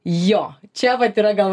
jo čia vat yra gal